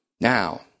Now